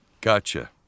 Gotcha